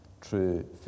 true